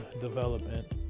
development